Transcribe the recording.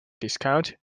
discount